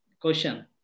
question